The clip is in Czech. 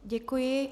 Děkuji.